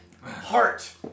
heart